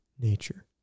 nature